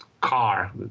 car